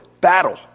battle